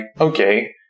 okay